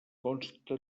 consta